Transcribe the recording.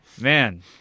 man